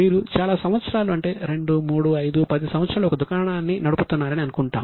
మీరు చాలా సంవత్సరాలు అంటే 2 3 5 10 సంవత్సరాలు ఒక దుకాణం నడుపుతున్నారని అనుకుంటాం